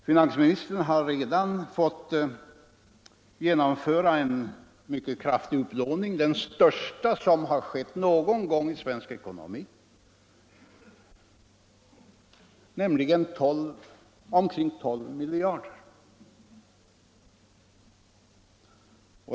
Finansministern har redan fått genomföra en mycket kraftig upplåning — den största som har skett någon gång i svensk ekonomi och den omfattar ungefär 12 miljarder.